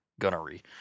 gunnery